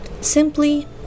Simply